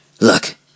Look